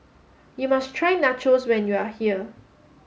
you must try Nachos when you are here